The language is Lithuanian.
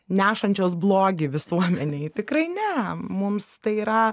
nešančios blogį visuomenei tikrai ne mums tai yra